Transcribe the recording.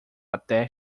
até